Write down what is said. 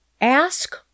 ask